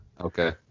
Okay